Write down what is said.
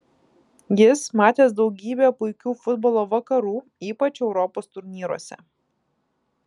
jis matęs daugybę puikių futbolo vakarų ypač europos turnyruose